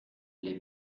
les